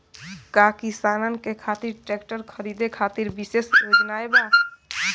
का किसानन के खातिर ट्रैक्टर खरीदे खातिर विशेष योजनाएं बा?